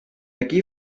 aquí